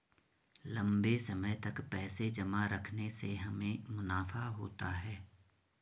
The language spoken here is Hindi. लंबे समय तक पैसे जमा रखने से हमें मुनाफा होता है